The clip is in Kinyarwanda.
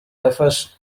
yafashe